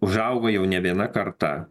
užaugo jau ne viena karta